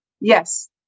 Yes